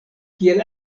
kiel